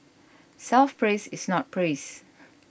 self praise is not praise